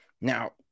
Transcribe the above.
Now